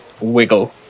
wiggle